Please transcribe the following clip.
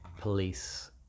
police